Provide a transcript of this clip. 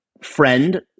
friend